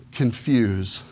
confuse